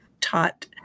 taught